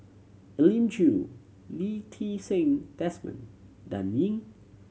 Elim Chew Lee Ti Seng Desmond Dan Ying